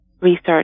research